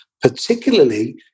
particularly